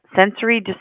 sensory